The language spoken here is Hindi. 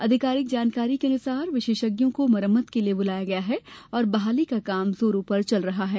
आधिकारिक जानकारी के मुताबिक विशेषज्ञों को मरम्मत के लिए बुलाया गया है और बहाली का काम जोरों पर चल रहा है